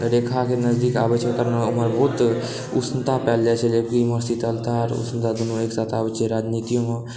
रेखाके नजदीक आबै छै ओमहर बहुत उष्णता पाएल जाइ छै जब कि एमहर शीतलता आओर उष्णता दुनू एक साथ आबै छै राजनीतियोमे